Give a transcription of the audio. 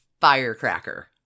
firecracker